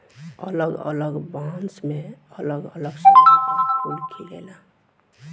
अलग अलग बांस मे अलग अलग समय पर फूल खिलेला